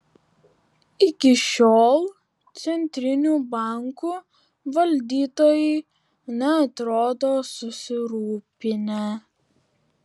iki šiol centrinių bankų valdytojai neatrodo susirūpinę